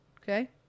Okay